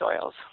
soils